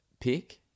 pick